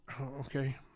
okay